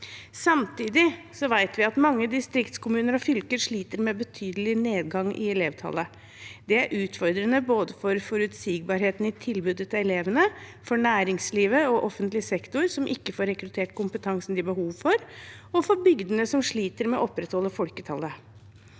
Samtidig vet vi at mange distriktskommuner og fylker sliter med betydelig nedgang i elevtallet. Det er utfordrende både for forutsigbarheten i tilbudet til elevene, for næringslivet og offentlig sektor som ikke får rekruttert kompetansen de har behov for, og for bygdene som sliter med å opprettholde folketallet.